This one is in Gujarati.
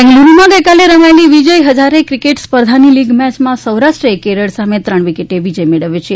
બેંગલુરૂમાં ગઇકાલે રમાયેલી વિ ય હજારે ક્રિકેટ સ્પર્ધાની લીગ મેયમાં સૌરાષ્ટ્રે કેરળ સામે ત્રણ વિકેટે વિત્ત ય મેળવ્યો છે